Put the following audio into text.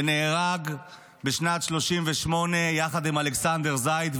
ונהרג בשנת 1938 יחד עם אלכסנדר זייד,